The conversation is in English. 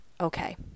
okay